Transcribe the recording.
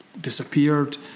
Disappeared